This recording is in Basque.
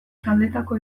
taldetako